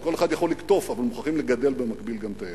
כל אחד יכול לקטוף אבל מוכרחים לגדל במקביל גם את העץ.